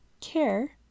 care